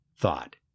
Thought